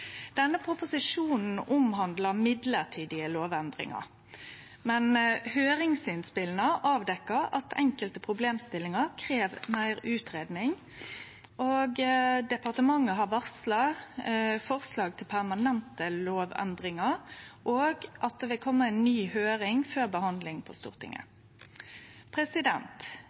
Denne proposisjonen omhandla mellombelse lovendringar, men høyringsinnspela avdekte at enkelte problemstillingar krev meir utgreiing. Departementet har varsla forslag til permanente lovendringar, og at det vil kome ei ny høyring før behandling på Stortinget.